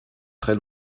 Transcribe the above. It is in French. très